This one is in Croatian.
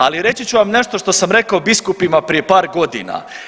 Ali, reći ću vam nešto što sam rekao biskupima prije par godina.